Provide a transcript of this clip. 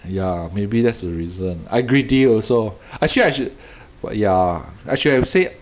ya maybe there's the reason I greedy also actually I should wh~ ya I should have said